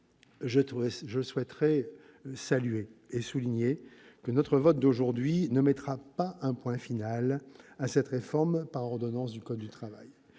je souhaiterais souligner que notre vote aujourd'hui ne mettra pas un point final à cette réforme par ordonnances du code du travail.